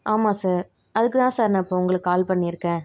ஆமாம் சார் அதுக்குதான் சார் நான் இப்போ உங்களுக்கு கால் பண்ணியிருக்கேன்